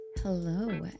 Hello